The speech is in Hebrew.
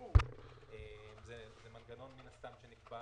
זה מנגנון שנקבע